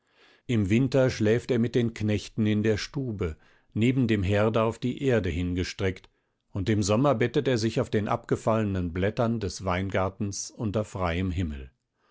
im winter schläft er mit den knechten in der stube neben dem herde auf die erde hingestreckt und im sommer bettet er sich auf den abgefallenen blättern des weingartens unter freiem himmel